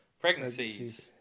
Pregnancies